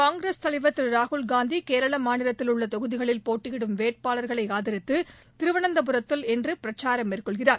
காங்கிரஸ் தலைவர் திரு ராகுல்காந்தி கேரள மாநிலத்தில் உள்ள தொகுதிகளில் போட்டியிடும் வேட்பாளர்களை ஆதரித்து திருவனந்தபுரத்தில் இன்று பிரச்சாரம் மேற்கொள்கிறார்